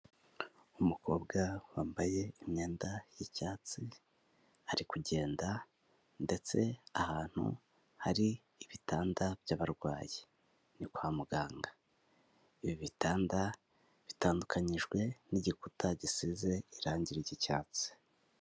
Umukobwa wambaye imyenda y'icyatsi ari kugenda, ndetse ahantu hari ibitanda by'abarwayi. Ni kwa muganga. Ibi ibitanda bitandukanijwe n'igikuta gisize irangi ry'icyatsi.